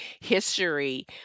history